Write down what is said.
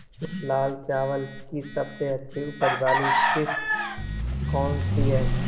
लाल चावल की सबसे अच्छी उपज वाली किश्त कौन सी है?